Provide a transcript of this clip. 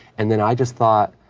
and then i just thought,